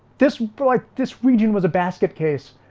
this like this region was a basket case